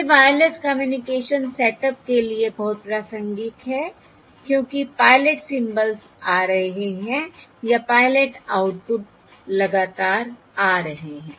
यह wireless communication setup के लिए बहुत प्रासंगिक है क्योंकि पायलट सिंबल्स आ रहे हैं या पायलट आउटपुट लगातार आ रहे हैं